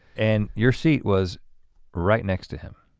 and your seat was right next to him.